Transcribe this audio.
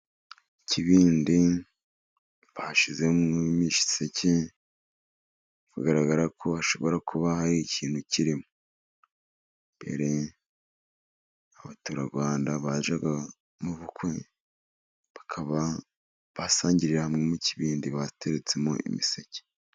Ikibindi bashyizemo imiseke biragaragara ko hashobora kuba hari ikintu kirimo, mbere abaturarwanda bajyaga hamwe bakaba basangirira hamwe mu kibindi bateretsemo imiseke.